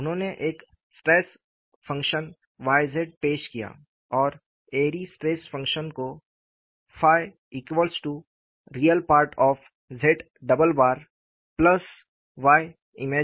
उन्होंने एक stress function Y z पेश किया और एयरी के स्ट्रेस फंक्शन को ReZyImZyImY